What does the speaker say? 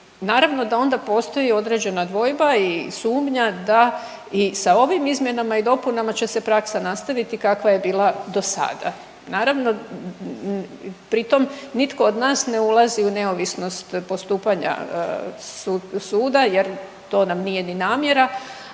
naravno da onda postoji određena dvojba i sumnja da i sa ovim izmjenama i dopunama će se praksa nastaviti kakva je bila dosada. Naravno pritom nitko od nas ne ulazi u neovisnost postupanja sud jer to nam nije ni namjera,